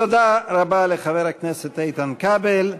תודה רבה לחבר הכנסת איתן כבל.